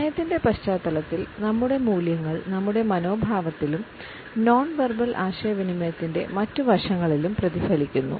സമയത്തിന്റെ പശ്ചാത്തലത്തിൽ നമ്മുടെ മൂല്യങ്ങൾ നമ്മുടെ മനോഭാവത്തിലും നോൺ വെർബൽ ആശയവിനിമയത്തിന്റെ മറ്റ് വശങ്ങളിലും പ്രതിഫലിക്കുന്നു